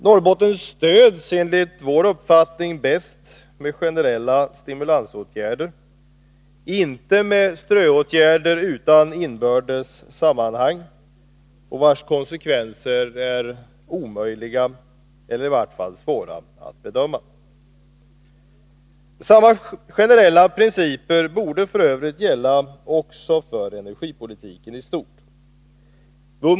Norrbotten stöds enligt vår uppfattning bäst med generella stimulansåtgärder, inte med ströåtgärder utan inbördes sammanhang och vars konsekvenser är omöjliga eller i vart fall svåra att bedöma. Samma generella principer borde f. ö. gälla också för energipolitiken i stort.